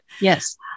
Yes